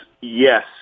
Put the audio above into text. yes